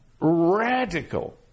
Radical